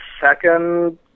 second